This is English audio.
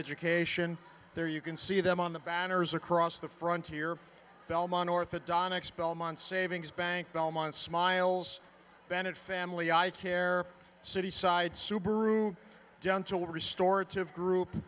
education there you can see it i'm on the banners across the frontier belmont orthodontics belmont savings bank belmont smiles bennett family i care city side subaru dental restorative group